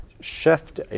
shift